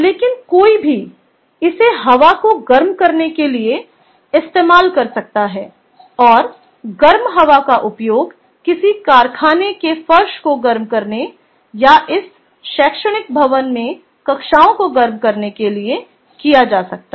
लेकिन कोई भी इसे हवा को गर्म करने के लिए इस्तेमाल कर सकता है और गर्म हवा का उपयोग किसी कारखाने के फर्श को गर्म करने या इस शैक्षणिक भवन में कक्षाओं को गर्म करने के लिए किया जा सकता है